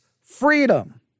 freedom